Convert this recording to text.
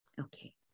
Okay